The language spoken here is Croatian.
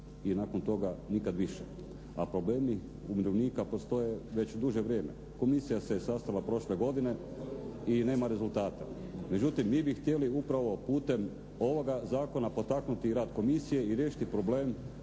i nakon toga nikad više, a problemi umirovljenika postoje već duže vrijeme. Komisija se sastala prošle godine i nema rezultata. Međutim, vi bi htjeli upravo putem ovoga zakona potaknuti rad komisije i riješiti problem